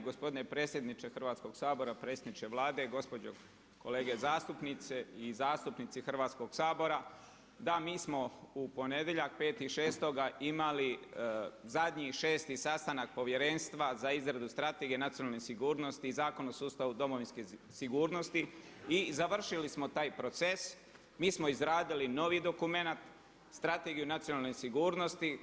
Gospodine predsjedniče Hrvatskog sabora, predsjedniče Vlade, gospođo kolege zastupnice i zastupnici Hrvatskog sabora, da mi smo u ponedjeljak, 5.6 imali zadnji šesti sastanak povjerenstva za izradu Strategije nacionalne sigurnosti i Zakon o sustavu domovinske sigurnosti i završili smo taj proces, mi smo izradili novi dokumenat, Strategiju nacionalne sigurnosti.